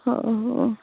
ହଉ ହଉ